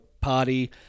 party